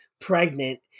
pregnant